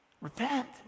Repent